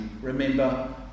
remember